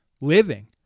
living